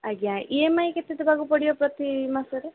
ଆଜ୍ଞା E M I କେତେ ଦେବାକୁ ପଡ଼ିବ ପ୍ରତି ମାସରେ